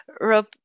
Rob